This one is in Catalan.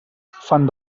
fan